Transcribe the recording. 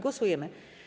Głosujemy.